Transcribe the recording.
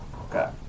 Okay